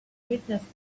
witnessed